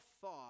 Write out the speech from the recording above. thought